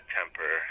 temper